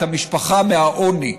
את המשפחה מהעוני,